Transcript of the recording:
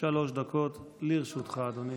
שלוש דקות לרשותך, אדוני,